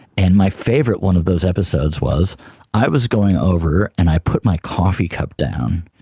and my favourite one of those episodes was i was going over and i put my coffee cup down,